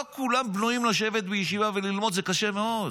לא כולם בנויים לשבת בישיבה וללמוד, זה קשה מאוד.